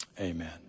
amen